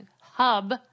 hub